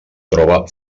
troba